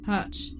Hutch